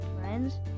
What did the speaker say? friends